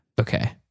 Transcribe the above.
Okay